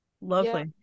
Lovely